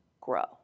grow